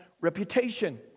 reputation